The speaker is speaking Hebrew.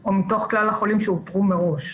או מתוך כלל החולים שאותרו מראש.